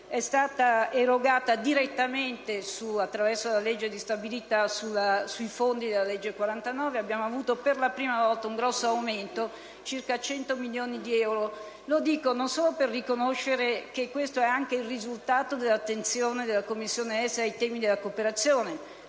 è stata erogata direttamente attraverso la legge di stabilità sui fondi della legge n. 49 del 1987. Abbiamo avuto per la prima volta un grosso aumento, pari a circa 100 milioni di euro. Lo dico non solo per riconoscere che questo è anche il risultato dell'attenzione della Commissione esteri ai temi della cooperazione,